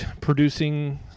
producing